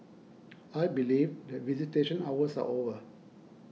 I believe that visitation hours are over